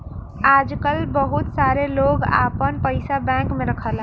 आजकल बहुत सारे लोग आपन पइसा बैंक में रखला